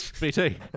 BT